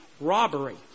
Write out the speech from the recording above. robbery